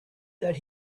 that